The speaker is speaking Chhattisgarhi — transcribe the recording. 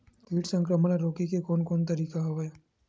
कीट संक्रमण ल रोके के कोन कोन तरीका हवय?